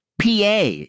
PA